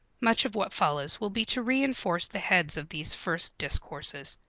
much of what follows will be to reenforce the heads of these first discourses.